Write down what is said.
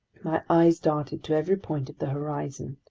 my eyes darted to every point of the horizon.